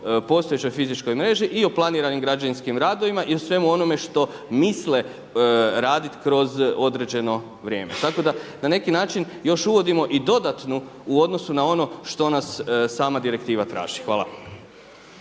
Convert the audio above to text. postojećoj fizičkoj mreži i o planiranim građevinskim radovima i o svemu onome što misle raditi kroz određeno vrijeme. Tako da na neki način još uvodimo i dodatnu u odnosu na ono što nas sama direktiva traži. Hvala.